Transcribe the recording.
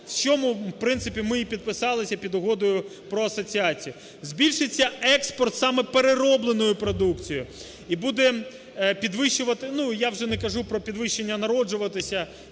чому, в принципі, ми і підписалися під Угодою про асоціацію; збільшиться експорт саме переробленої продукції і буде... Ну, я вже не кажу про підвищення народжуваності